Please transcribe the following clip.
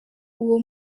uwo